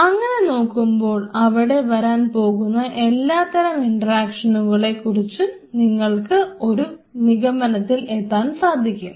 അങ്ങനെ നോക്കുമ്പോൾ അവിടെ വരാൻ പോകുന്ന എല്ലാത്തരം ഇൻട്രാക്ഷനുകളെ കുറിച്ചും നിങ്ങൾക്ക് ഒരു നിഗമനത്തിലെത്താൻ സാധിക്കും